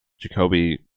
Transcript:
Jacoby